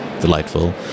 delightful